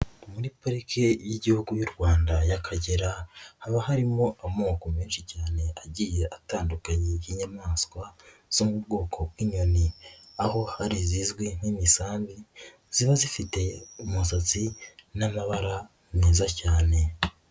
Muri parike y'igihugu y'u Rwanda y'Akagera, haba harimo amoko menshi cyane agiye atandukanye y'inyamaswa zo mu bwoko bw'inyoni, aho hari zizwi nk'imisambi, ziba zifite umusatsi n'amabara meza cyane.